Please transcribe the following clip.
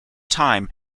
time